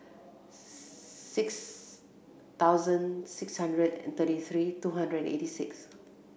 six thousand six hundred and thirty three two hundred and eighty six